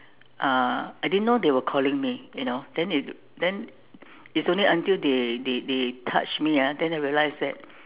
uh I didn't know they were calling me you know then they then it's only until they they they touch me ah then I realised that